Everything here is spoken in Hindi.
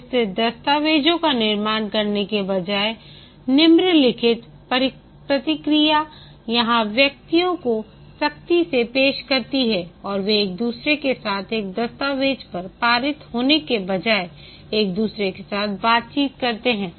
विस्तृत दस्तावेजों का निर्माण करने के बजाय निम्नलिखित प्रक्रिया यहां व्यक्तियों को सख्ती से पेश करती है और वे एक दूसरे के साथ एक दस्तावेज पर पारित होने के बजाय एक दूसरे के साथ बातचीत करते हैं